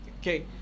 Okay